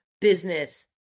business